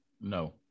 no